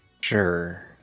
Sure